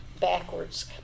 backwards